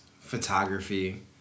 photography